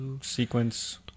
sequence